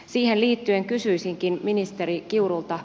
siihen liittyen kysyisinkin ministeri kiurulta